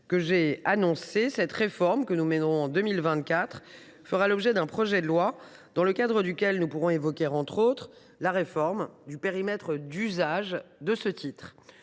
que j’ai annoncée. Cette réforme, que nous mènerons en 2024, fera l’objet d’un projet de loi, dans le cadre duquel nous pourrons évoquer, entre autres, la réforme du périmètre d’usage de ce titre.